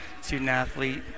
student-athlete